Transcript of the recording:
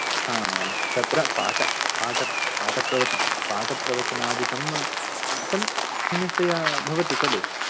हा तत्र पाठ पाठ पाठप्रवच पाठप्रवचनादिकं सम्यग्तया भवति खलु